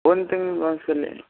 ಒಂದು ತಿಂಗ್ಳಿಗೆ ಒಂದ್ಸಲ